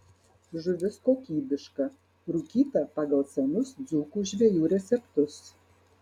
žuvis kokybiška rūkyta pagal senus dzūkų žvejų receptus